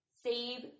Save